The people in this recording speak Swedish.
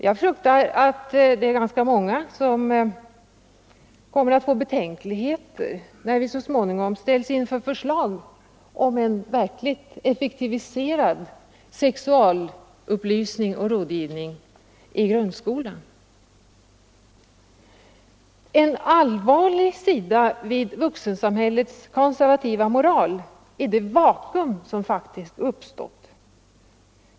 Jag fruktar att det är ganska många som kommer att få betänkligheter när vi så småningom ställs inför förslag om verkligt effektiviserad sexualupplysning och rådgivning i grundskolan. En allvarlig sida av vuxensamhällets konservativa moral är det vakuum som faktiskt uppkommit.